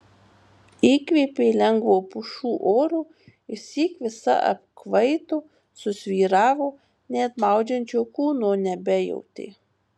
įkvėpė lengvo pušų oro išsyk visa apkvaito susvyravo net maudžiančio kūno nebejautė